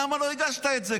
למה לא הגשת את זה?